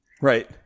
Right